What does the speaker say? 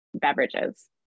beverages